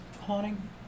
Haunting